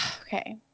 Okay